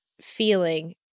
feeling